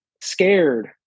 scared